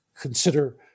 consider